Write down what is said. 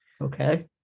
Okay